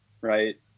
right